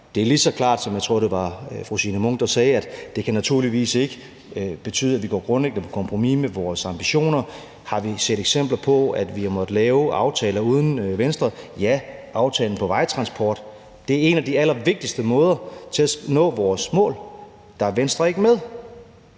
Danmark. Lige så klart er det – som fru Signe Munk, tror jeg det var, sagde – at det naturligvis ikke kan betyde, at vi grundlæggende går på kompromis med vores ambitioner. Har vi set eksempler på, at vi har måttet lave aftaler uden Venstre? Ja, aftalen om vejtransport. Det er en af de allervigtigste måder at nå vores mål på. Der er Venstre ikke med.